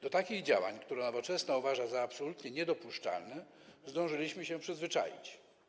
Do takich działań, które Nowoczesna uważa za absolutnie niedopuszczalne, zdążyliśmy się przyzwyczaić.